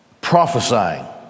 prophesying